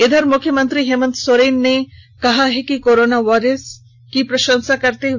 इधर मुख्यमंत्री हेमन्त सोरेन ने कहा कि कोरोना वारियर्स की प्रशंसा की है